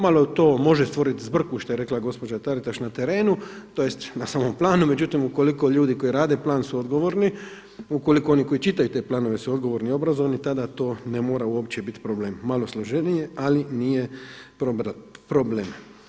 Malo to može stvoriti zbrku što je rekla gospođa Taritaš na terenu, tj. na samom planu, međutim ukoliko ljudi koji rade plan su odgovorni, ukoliko oni koji čitaju te planove su odgovorni, obrazovni tada to ne mora uopće biti problem, malo složenije ali nije problem.